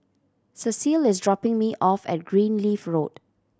Cecil is dropping me off at Greenleaf Road